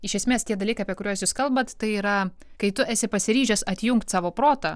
iš esmės tie dalykai apie kuriuos jūs kalbat tai yra kai tu esi pasiryžęs atjungt savo protą